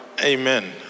Amen